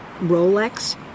Rolex